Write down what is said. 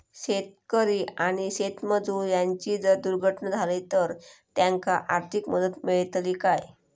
शेतकरी आणि शेतमजूर यांची जर दुर्घटना झाली तर त्यांका आर्थिक मदत मिळतली काय?